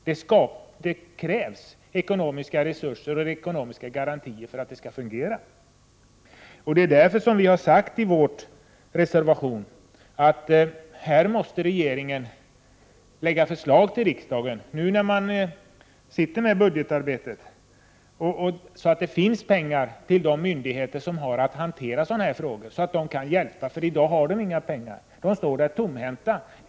Det krävs ekonomiska resurser och ekonomiska garantier för att det hela skall fungera. Det är därför som vi har sagt i vår reservation att regeringen måste lägga fram förslag till riksdagen, när man nu sitter med budgetarbetet, så att det finns pengar till de myndigheter som har att hantera sådana här frågor. I dag har vi inga pengar utan står där tomhänta.